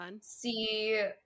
see